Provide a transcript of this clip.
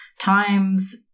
times